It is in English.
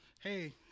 hey